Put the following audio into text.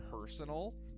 personal